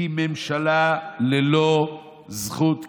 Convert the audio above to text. היא ממשלה ללא זכות קיום,